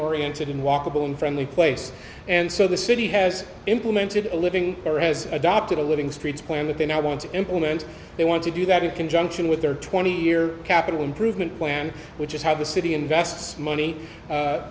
oriented in walkable and friendly place and so the city has implemented a living or has adopted a living streets plan that they now want to implement they want to do that in conjunction with their twenty year capital improvement plan which is how the city invests money